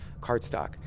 cardstock